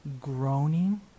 groaning